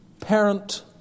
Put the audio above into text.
parent